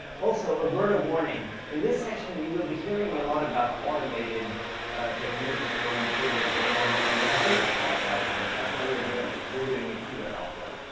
also, a word of warning. in this session you will be hearing a lot about automated techniques for improving performance. and i think that's helpful. that's why we're doing it. we're doing it too at opera.